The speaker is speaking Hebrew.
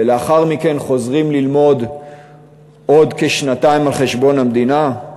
ולאחר מכן חוזרים ללמוד עוד כשנתיים על חשבון המדינה?